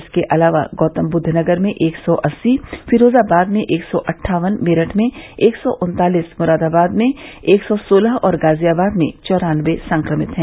इसके अलावा गौतमबद्द नगर में एक सौ अस्सी फिरोजाबाद में एक सौ अटठावन मेरठ में एक सौ उन्तालीस मुरादाबाद में एक सौ सोलह और गाजियाबाद में चौरानबे संक्रमित हैं